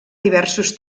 diversos